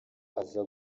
aza